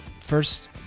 first